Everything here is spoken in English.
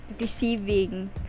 receiving